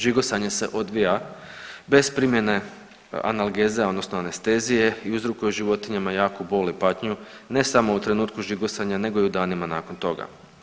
Žigosanje se odvija bez primjene analgeze odnosno anestezije i uzrokuje životinjama jaku bol i patnju, ne samo u trenutku žigosanja nego i u danima nakon toga.